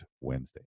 Wednesday